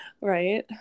Right